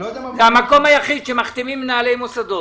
זה המקום היחיד שבו מחתימים מנהלי מוסדות.